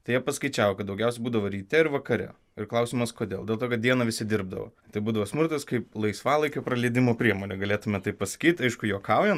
tai jie paskaičiavo kad daugiausia būdavo ryte ir vakare ir klausimas kodėl dėl to kad dieną visi dirbdavo tai būdavo smurtas kaip laisvalaikio praleidimo priemonė galėtume taip pasakyt aišku juokaujant